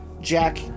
Jack